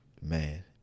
man